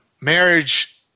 marriage